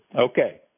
Okay